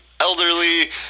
elderly